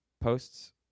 posts